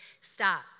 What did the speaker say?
Stop